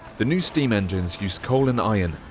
the new steam engines used coal and iron,